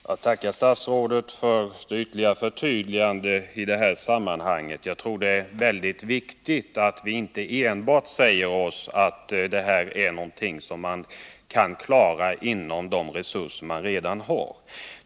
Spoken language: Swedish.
Herr talman! Jag tackar statsrådet för det ytterligare förtydligandet. Jag tror dessutom att det är väldigt viktigt att vi inte enbart säger oss att det här är någonting som kan klaras med de resurser som redan finns.